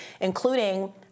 including